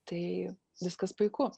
tai viskas puiku